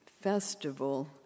festival